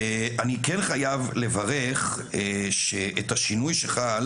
אני כן חייב לברך את השינוי שחל